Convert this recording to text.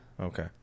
Okay